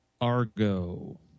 Argo